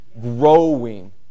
growing